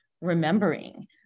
remembering